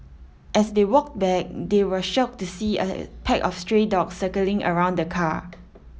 as they walked back they were shocked to see a pack of stray dogs circling around the car